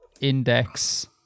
Index